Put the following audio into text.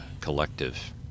Collective